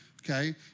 okay